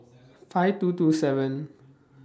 five two two seven